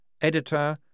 editor